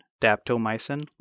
daptomycin